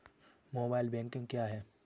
Mobile banking क्या है?